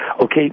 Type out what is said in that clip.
Okay